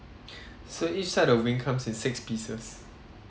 so each set of wings comes in six pieces